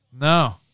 No